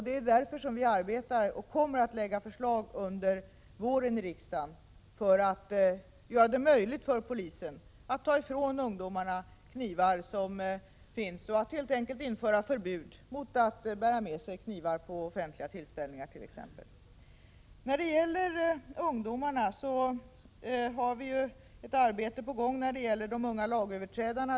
Det är därför som vi arbetar med och kommer att lägga fram förslag i riksdagen under våren för att göra det möjligt för polisen att ta ifrån ungdomarna knivar och helt enkelt införa förbud mot att bära med sig kniv på offentliga tillställningar, t.ex. När det gäller ungdomarna har vi ett arbete på gång beträffande de unga lagöverträdarna.